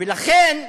ולכן,